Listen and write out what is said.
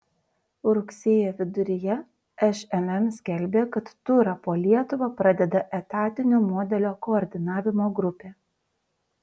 rugsėjo viduryje šmm skelbė kad turą po lietuvą pradeda etatinio modelio koordinavimo grupė